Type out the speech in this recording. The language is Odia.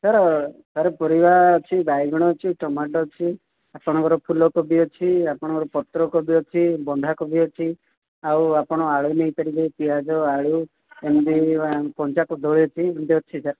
ସାର୍ ସାର୍ ପରିବା ଅଛି ବାଇଗଣ ଅଛି ଟମାଟ ଅଛି ଆପଣଙ୍କର ଫୁଲକୋବି ଅଛି ଆପଣଙ୍କର ପତ୍ରକୋବି ଅଛି ବନ୍ଧାକୋବି ଅଛି ଆଉ ଆପଣ ଆଳୁ ନେଇପାରିବେ ପିଆଜ ଆଳୁ ଏମିତି କଞ୍ଚା କଦଳୀ ଅଛି ଏମିତି ଅଛି ସାର୍